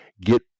get